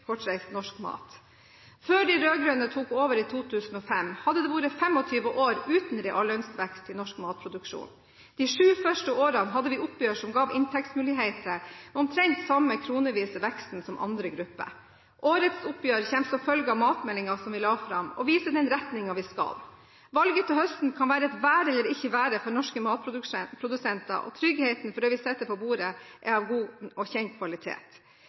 mat. Før de rød-grønne tok over i 2005, hadde det vært 25 år uten reallønnsvekst i norsk matproduksjon. De sju første årene hadde vi oppgjør som ga inntektsmuligheter med omtrent samme kronevise veksten som andre grupper. Årets oppgjør kommer som følge av matmeldingen som vi la fram, og viser den retningen vi skal. Valget til høsten kan være et være eller ikke være for norske matprodusenter og tryggheten for at det vi setter på bordet, er av god og kjent kvalitet.